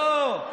לא.